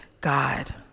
God